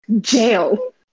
jail